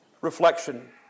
reflection